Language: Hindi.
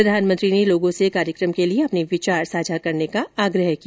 प्रधानमंत्री ने लोगों से कार्यक्रम के लिए अपने विचार साझा करने का भी आग्रह किया